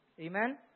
Amen